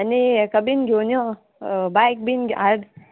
आनी हाका बीन घेवन यो बायक बीन घे हाड